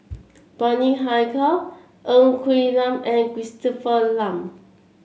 Bani Haykal Ng Quee Lam and Christopher Lan